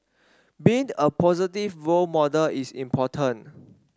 being a positive role model is important